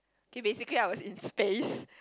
okay basically I was in space